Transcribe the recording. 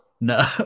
no